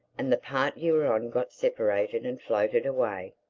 and the part you were on got separated and floated away.